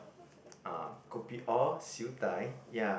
ah kopi-O Siew-Dai ya